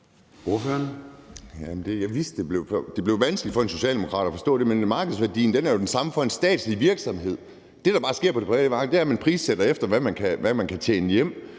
jeg vidste, at det ville blive vanskeligt for en socialdemokrat at forstå det. Men markedsværdien er jo den samme for en statslig virksomhed. Det, der bare sker på det private marked, er, at man prissætter efter, hvad man kan tjene hjem.